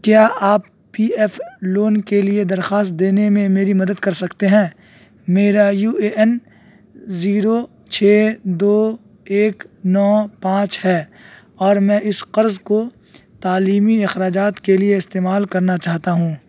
کیا آپ P F loan کے لیے درخواست دینے میں میری مدد کر سکتے ہیں میرا یو اے این زیرو چھ دو ایک نو پانچ ہے اور میں اس قرض کو تعلیمی اخراجات کے لیے استعمال کرنا چاہتا ہوں